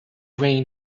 rain